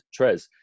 Trez